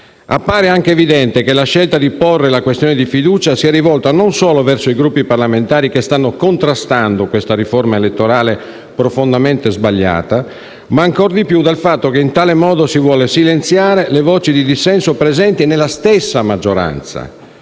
Appare anche evidente che la scelta di porre la questione di fiducia sia rivolta non solo verso i Gruppi parlamentari che stanno contrastando questa riforma elettorale profondamente sbagliata, ma ancor di più a silenziare le voci di dissenso presenti nella stessa maggioranza